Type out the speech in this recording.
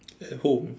at home